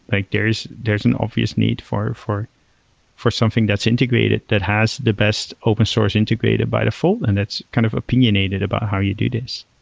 like there's there's an obvious need for for something that's integrated that has the best open source integrated by the fold and that's kind of opinionated about how you do this.